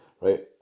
right